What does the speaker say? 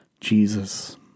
Jesus